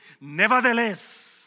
nevertheless